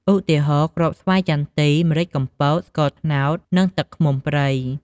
ឧទាហរណ៍ គ្រាប់ស្វាយចន្ទី , ម្រេចកំពត, ស្ករត្នោត និងទឹកឃ្មុំព្រៃ ។